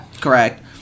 Correct